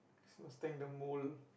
must thank the more